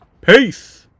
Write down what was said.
Peace